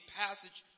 passage